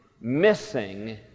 missing